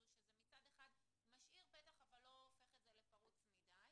שמצד אחד זה משאיר פתח אבל לא הופך את זה לפרוץ מדי,